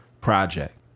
project